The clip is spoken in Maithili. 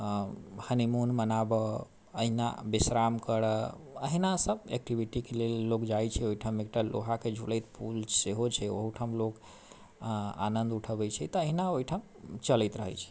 हनीमून मनाबऽ अहिना विश्राम करऽ अहिना सब एक्टिविटीके लेल लोग जाइ छै ओइठाम एकटा लोहाके झूलैके पुल सेहो छै ओहोठाम लोग आनन्द उठबै छै तहिना ओइठाम चलैत रहै छै